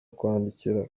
kwandikira